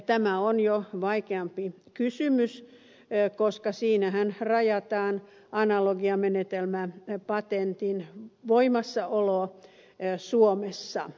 tämä on jo vaikeampi kysymys koska siinähän rajataan analogiamenetelmäpatentin voimassaolo suomessa